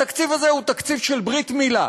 התקציב הזה הוא תקציב של ברית מילה: